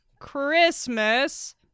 Christmas